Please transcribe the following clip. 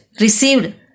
received